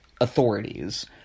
authorities